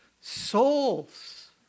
souls